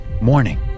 morning